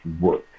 work